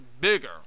bigger